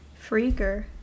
freaker